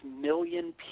million